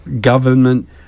government